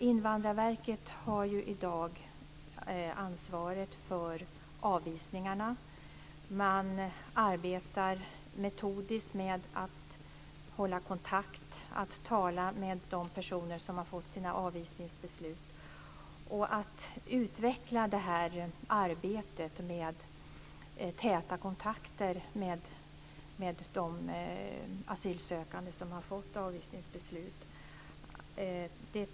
Invandrarverket har i dag ansvaret för avvisningarna. Man arbetar metodiskt med att hålla kontakt, att tala med de personer som har fått sina avvisningsbeslut och att utveckla arbetet med täta kontakter med de asylsökande som har fått avvisningsbeslut.